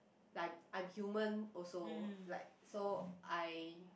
like I'm human also like so I